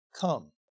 come